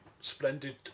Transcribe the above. splendid